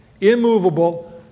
immovable